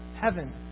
heaven